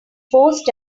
forced